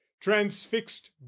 transfixed